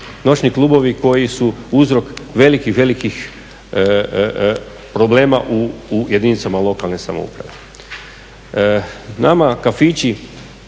Noćni klubovi koji su uzrok velikih, velikih problema u jedinicama lokalne samouprave. Nama kafići